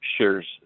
shares